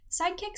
Sidekicks